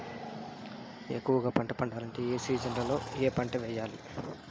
ఎక్కువగా పంట పండాలంటే ఏ సీజన్లలో ఏ పంట వేయాలి